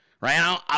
right